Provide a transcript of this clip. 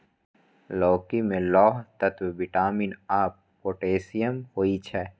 लौकी मे लौह तत्व, विटामिन आ पोटेशियम होइ छै